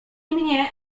mnie